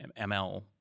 ML